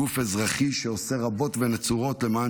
גוף אזרחי שעושה גדולות ונצורות למען